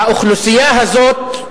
האוכלוסייה הזאת,